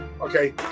Okay